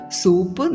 soup